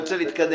אני רוצה להתקדם.